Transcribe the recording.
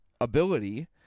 ability